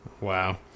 Wow